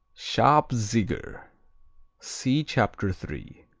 schabziger see chapter three.